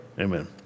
Amen